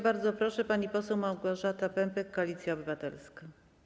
Bardzo proszę, pani poseł Małgorzata Pępek, Koalicja Obywatelska.